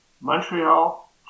Montreal